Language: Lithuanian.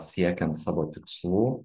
siekiant savo tikslų